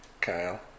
Kyle